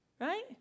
right